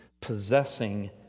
Possessing